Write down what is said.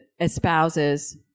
espouses